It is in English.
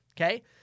Okay